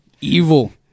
Evil